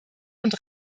und